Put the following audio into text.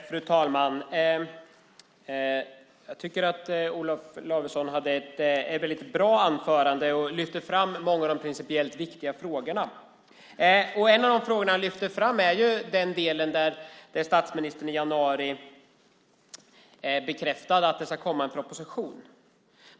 Fru talman! Jag tycker att Olof Lavesson höll ett mycket bra anförande och lyfte fram många av de principiellt viktiga frågorna. En sak han lyfte fram var ju den del där statsministern i januari bekräftade att det ska komma en proposition.